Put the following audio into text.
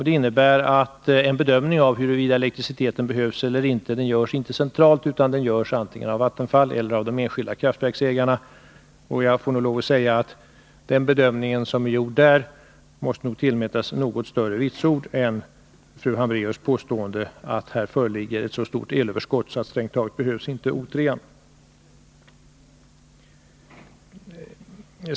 Det innebär att en bedömning av huruvida elektriciteten behövs eller inte görs inte centralt, utan den görs antingen av Vattenfall eller av de enskilda kraftverksägarna. Jag får lov att säga att den bedömning som är gjord där måste nog tillmätas något större vitsord än fru Hambraeus påstående, att här föreligger ett så stort elöverskott att O 3 strängt taget inte behövs.